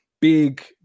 big